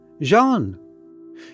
Jean